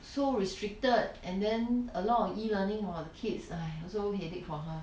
so restricted and then a lot of e-learning on kids also headache for her